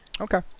okay